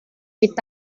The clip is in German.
mit